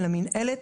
של המינהלת,